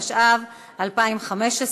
התשע"ו 2015,